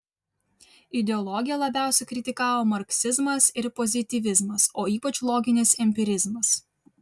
ideologiją labiausiai kritikavo marksizmas ir pozityvizmas o ypač loginis empirizmas